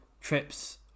trips